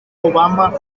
obama